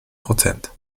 prozent